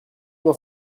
dans